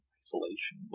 isolation